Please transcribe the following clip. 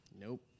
Nope